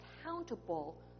accountable